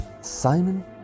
Simon